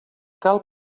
cal